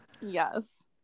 Yes